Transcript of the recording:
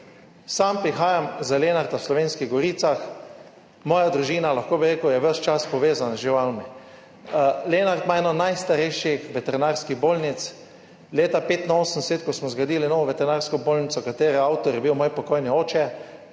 Sam prihajam iz Lenarta v Slovenskih goricah, moja družina, je ves čas povezana z živalmi. Lenart ima eno najstarejših veterinarskih bolnic. leta 1985, ko smo zgradili novo veterinarsko bolnico, katere avtor je bil moj pokojni oče,